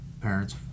parents